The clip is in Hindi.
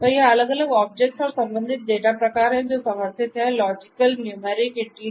तो ये अलग अलग ऑब्जेक्ट्स और संबंधित डेटा प्रकार हैं जो समर्थित हैं लॉजिकलआदि